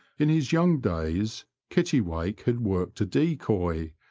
in his young days kittiwake had worked a decoy,